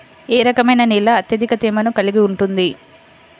ఏ రకమైన నేల అత్యధిక తేమను కలిగి ఉంటుంది?